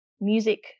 music